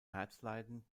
herzleiden